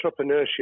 entrepreneurship